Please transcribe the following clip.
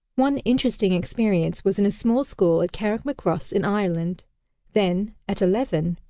one interesting experience was in a small school at carrickmacross in ireland then, at eleven,